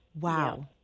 wow